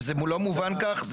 אם זה לא הובן כך,